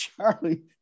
Charlie